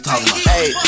Hey